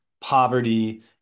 poverty